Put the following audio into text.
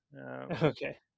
Okay